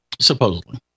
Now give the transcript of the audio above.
Supposedly